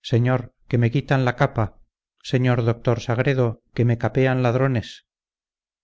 señor que me quitan la capa señor doctor sagredo que me capean ladrones